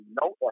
no